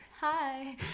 Hi